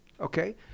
Okay